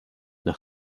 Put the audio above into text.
nach